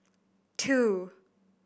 two